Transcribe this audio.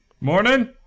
Morning